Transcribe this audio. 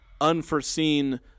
unforeseen –